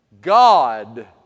God